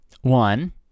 One